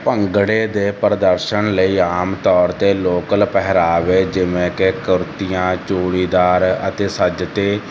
ਭੰਗੜੇ ਦੇ ਪ੍ਰਦਰਸ਼ਨ ਲਈ ਆਮ ਤੌਰ 'ਤੇ ਲੋਕਲ ਪਹਿਰਾਵੇ ਜਿਵੇਂ ਕਿ ਕੁੜਤੀਆਂ ਚੂੜੀਦਾਰ ਅਤੇ ਸੱਜ ਤੇ